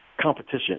competition